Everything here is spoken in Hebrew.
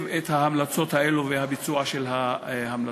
את ההמלצות האלו והביצוע של ההמלצות.